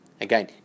Again